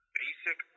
basic